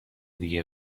دیگه